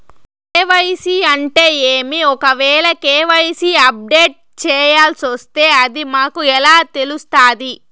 KYC అంటే ఏమి? ఒకవేల కె.వై.సి అప్డేట్ చేయాల్సొస్తే అది మాకు ఎలా తెలుస్తాది?